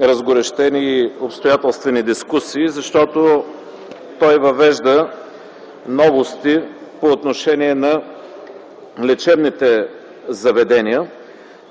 разгорещени обстоятелствени дискусии, защото той въвежда новости по отношение на лечебните заведения